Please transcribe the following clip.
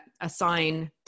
assign